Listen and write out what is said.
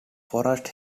forest